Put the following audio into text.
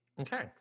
Okay